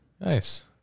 Nice